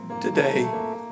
today